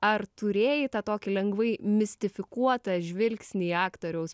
ar turėjai tą tokį lengvai mistifikuotą žvilgsnį į aktoriaus